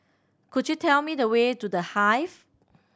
could you tell me the way to The Hive